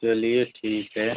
चलिए ठीक है